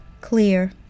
clear